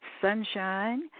sunshine